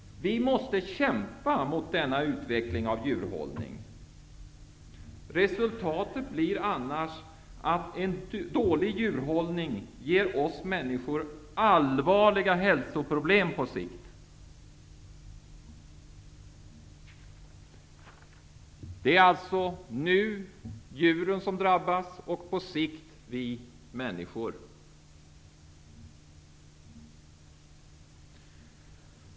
Vi måste kämpa mot denna utveckling av djurhållningen. Resultatet blir annars en dålig djurhållning som ger oss människor allvarliga hälsoproblem på sikt. Nu är det djuren som drabbas, och på sikt drabbas vi människor.